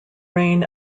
reign